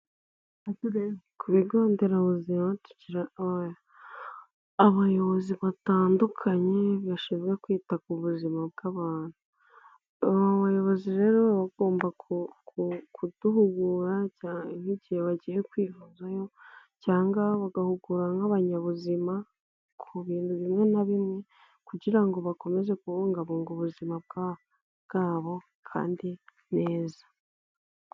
Kubigonderabuzima abayobozi batandukanye bashinzwe kwita ku buzima bw'abantu. Abayobozi rero bagomba kuduhugura nk'igihe bagiye kwivuzayo cyangwa bagahugura nk'abanyabuzima ku bintu bimwe na bimwe kugira ngo bakomeze kubungabunga ubuzimabo bwabo kandi neza.